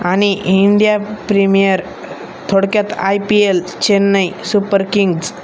आणि India premier थोडक्यात I P L Chennai super kings